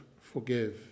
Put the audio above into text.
forgive